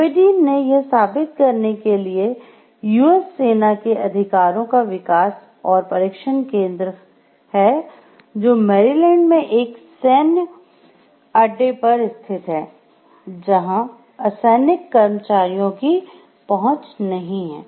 Aberdeen ने यह साबित करने के लिए यू एस सेना के हथियारों का विकास और परीक्षण केंद्र है जो मैरीलैंड में एक सैन्य अड्डे पर स्थित है जहां असैनिक कर्मचारियों की पहुंच नहीं है